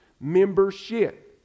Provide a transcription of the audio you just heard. membership